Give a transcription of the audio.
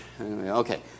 Okay